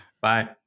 Bye